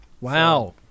Wow